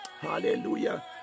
Hallelujah